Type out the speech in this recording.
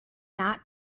not